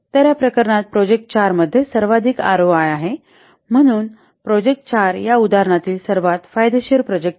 तर या प्रकरणात प्रोजेक्ट 4 मध्ये सर्वाधिक आरओआय आहे म्हणून प्रोजेक्ट 4 या उदाहरणातील सर्वात फायदेशीर प्रोजेक्ट आहे